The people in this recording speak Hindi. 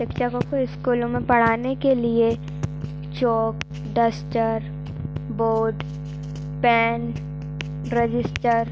शिक्षकों को स्कूलों में पढ़ाने के लिए chalk duster board pen register